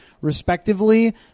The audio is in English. respectively